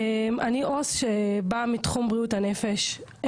אני עו"ס שבאה מתחום בריאות הנפש.